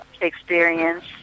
experience